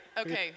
okay